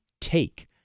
take